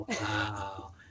Wow